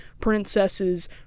princesses